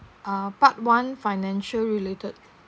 uh part one financial related